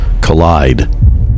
collide